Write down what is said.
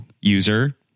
user